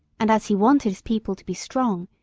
and, as he wanted his people to be strong,